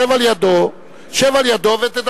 שב על ידו, שב על ידו ותדברו.